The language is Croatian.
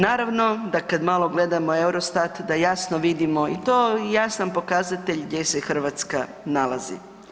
Naravno da kad malo gledamo Eurostat da jasno vidimo i to, jasan pokazatelj gdje se Hrvatska nalazi.